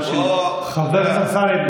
חבר הכנסת אמסלם,